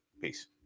Peace